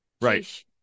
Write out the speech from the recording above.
Right